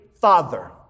father